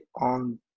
on